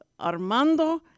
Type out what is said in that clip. Armando